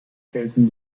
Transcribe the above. gelten